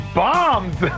bombs